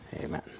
Amen